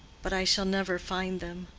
but i shall never find them.